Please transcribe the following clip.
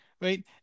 right